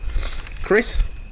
Chris